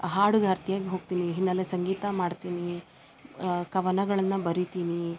ಹಾಡುಗಾರ್ತಿಯಾಗಿ ಹೋಗ್ತೀನಿ ಹಿನ್ನೆಲೆ ಸಂಗೀತ ಮಾಡ್ತೀನಿ ಕವನಗಳನ್ನ ಬರಿತೀನಿ